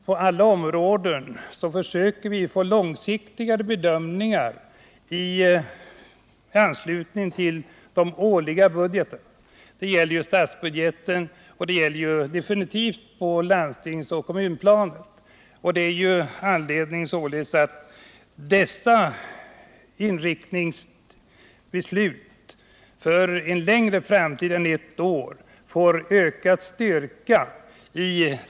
På alla områden försöker vi få långsiktigare bedömningar i anslutning till budgeterna. Detta gäller både statsbudgeten och budgeterna på landstingsoch kommunplanet. Det kan finnas anledning att inrikta dessa beslut för längre framtid än ett år.